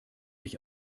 ich